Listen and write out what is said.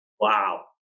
wow